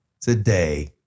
today